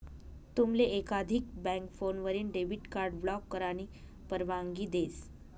तुमले एकाधिक बँक फोनवरीन डेबिट कार्ड ब्लॉक करानी परवानगी देस